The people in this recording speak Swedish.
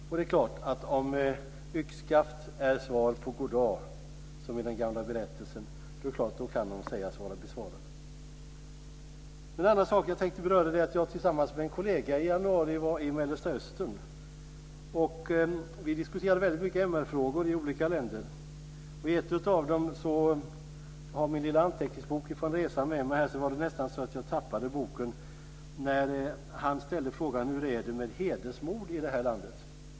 Om "yxskaft" är svar på "goddag", som i den gamla berättelsen, är det klart att de kan sägas vara besvarade. En annan sak jag tänkte beröra är att jag tillsammans med en kollega i januari var i Mellersta Östern. Vi diskuterade väldigt mycket MR-frågor i olika länder. Jag har min lilla anteckningsbok från resan med mig här, och det var nästan så att jag tappade den när vi ställde frågan hur det var med hedersmord i landet.